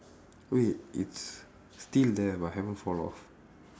wait it's still there but haven't fall off